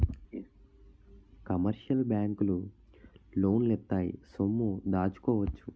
commercial బ్యాంకులు లోన్లు ఇత్తాయి సొమ్ము దాచుకోవచ్చు